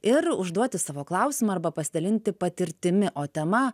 ir užduoti savo klausimą arba pasidalinti patirtimi o tema